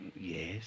Yes